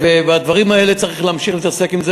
והדברים האלה, צריך להמשיך להתעסק אתם.